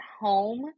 home